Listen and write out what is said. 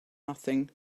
nothing